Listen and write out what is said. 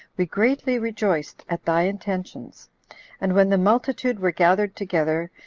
we greatly rejoiced at thy intentions and when the multitude were gathered together,